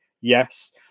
Yes